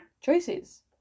Choices